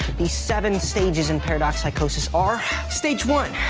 the seven stages in paradox psychosis are stage one,